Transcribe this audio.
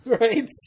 right